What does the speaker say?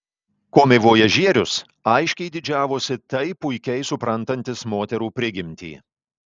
komivojažierius aiškiai didžiavosi taip puikiai suprantantis moterų prigimtį